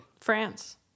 France